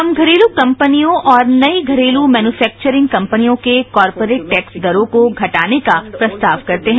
हम घरेलू कंपनियों और नई घरेलू मैन्यूफैक्चरिंग कंपनियों के कॉरपोरेट टैक्स दरों को घटाने का प्रस्ताव करते हैं